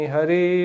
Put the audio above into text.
Hari